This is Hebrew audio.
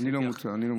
אני לא מעודכן.